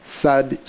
third